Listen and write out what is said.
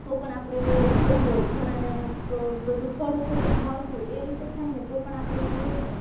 તો પણ આપણે એવું હોય ઘણાને બધુ થોડું થોડું જ ભાવતું એ રીતે થાયને તો પણ આપણે જોઈએ ને